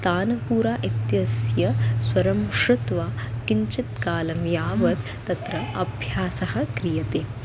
तानपूरा इत्यस्य स्वरं श्रुत्वा किञ्चित् कालं यावत् तत्र अभ्यासः क्रियते